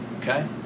okay